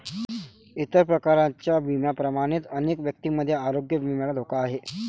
इतर प्रकारच्या विम्यांप्रमाणेच अनेक व्यक्तींमध्ये आरोग्य विम्याला धोका आहे